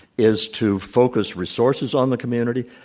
is to focus resources on the community.